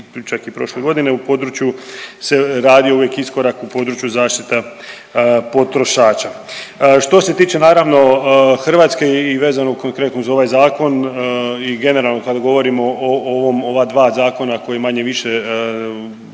čak i prošle godine u području se radio uvijek iskorak u području zaštita potrošača. Što se tiče naravno Hrvatske i vezano konkretno uz ovaj zakon i generalno kad govorimo o ovom, ova dva zakona, koji manje-više